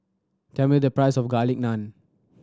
tell me the price of Garlic Naan